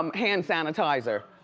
um hand sanitizer.